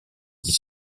dix